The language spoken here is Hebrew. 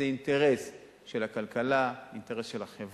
זה אינטרס של הכלכלה, אינטרס של החברה,